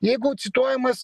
jeigu cituojamas